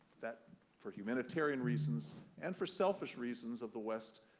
that for humanitarian reasons, and for selfish reasons of the west,